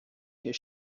his